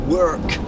work